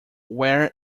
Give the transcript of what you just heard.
where